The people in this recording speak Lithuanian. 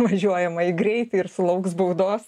važiuojamąjį greitį ir sulauks baudos